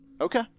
Okay